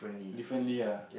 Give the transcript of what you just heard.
differently ah